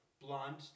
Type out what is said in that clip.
blonde